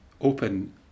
open